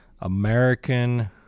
american